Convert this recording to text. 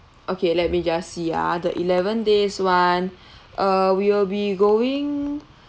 okay let me just see ah the eleven days [one] uh we will be going